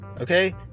Okay